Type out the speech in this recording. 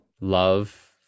love